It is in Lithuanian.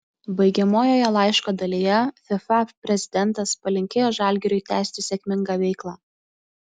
baigiamojoje laiško dalyje fifa prezidentas palinkėjo žalgiriui tęsti sėkmingą veiklą